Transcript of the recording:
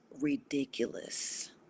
ridiculous